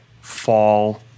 fall